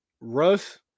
Russ